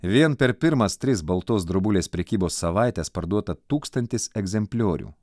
vien per pirmas tris baltos drobulės prekybos savaites parduota tūkstantis egzempliorių